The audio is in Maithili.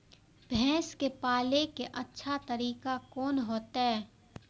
भैंस के पाले के अच्छा तरीका कोन होते?